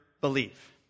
believe